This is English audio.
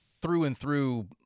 through-and-through